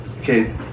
okay